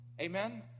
Amen